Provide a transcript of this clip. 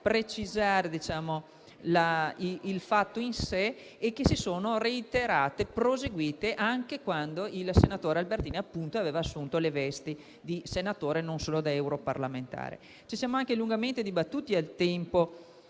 precisato il fatto in sé e che sono proseguite, anche quando il senatore Albertini aveva assunto le vesti di senatore e non solo di europarlamentare. Abbiamo anche lungamente dibattuto, al tempo,